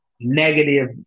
negative